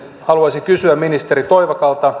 haluaisin kysyä ministeri toivakalta